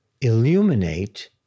illuminate